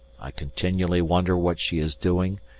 i continually wonder what she is doing,